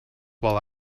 while